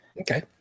Okay